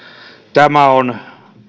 tämä on